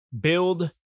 build